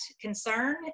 concern